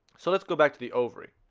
so let's go back to the ovary